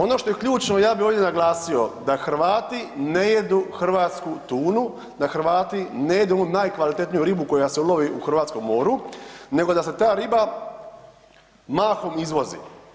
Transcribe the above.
Ono što je ključno, ja bi ovdje naglasio, da Hrvati ne jedu hrvatsku tunu, da Hrvati ne jedu najkvalitetniju ribu koja se ulovi u hrvatskom moru nego da se ta riba mahom izvozi.